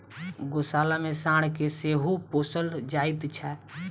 गोशाला मे साँढ़ के सेहो पोसल जाइत छै